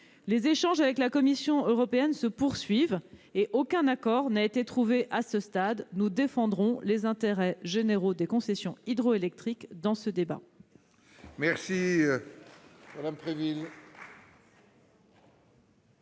Les échanges avec la Commission européenne se poursuivent, mais aucun accord n'a été trouvé à ce stade. Nous défendrons les intérêts généraux des concessions hydroélectriques dans ce débat.